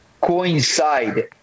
coincide